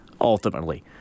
ultimately